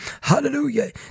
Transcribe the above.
hallelujah